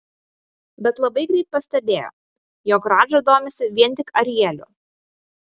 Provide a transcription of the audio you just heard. bet labai greit pastebėjo jog radža domisi vien tik arieliu